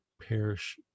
perish